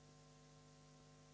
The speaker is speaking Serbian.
Hvala